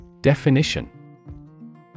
Definition